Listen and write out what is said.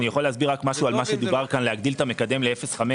אני מבקש להסביר את מה שדובר כאן על הגדלת המקדם ל-0.5.